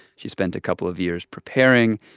she spent a couple of years preparing.